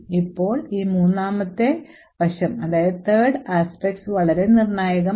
ഇപ്പോൾ ഈ മൂന്നാമത്തെ വശം വളരെ നിർണായകമാണ്